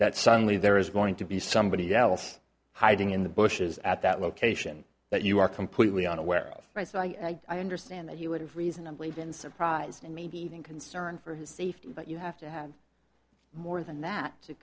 that suddenly there is going to be somebody else hiding in the bushes at that location that you are completely unaware of right so i understand that you would have reasonably been surprised and maybe even concerned for his safety but you have to have more than that